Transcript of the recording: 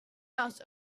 out